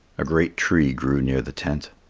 a great tree grew near the tent.